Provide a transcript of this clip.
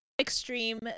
extreme